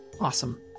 Awesome